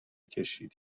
ﻧﻌﺮه